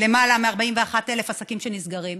שלמעלה מ-41,000 עסקים שנסגרים?